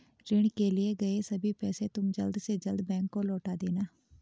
ऋण लिए गए सभी पैसे तुम जल्द से जल्द बैंक को लौटा देना